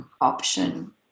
option